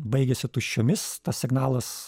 baigėsi tuščiomis tas signalas